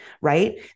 right